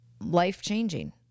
life-changing